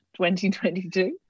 2022